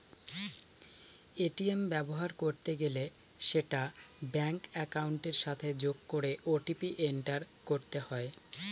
ATM ব্যবহার করতে গেলে সেটা ব্যাঙ্ক একাউন্টের সাথে যোগ করে ও.টি.পি এন্টার করতে হয়